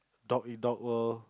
dog eat dog world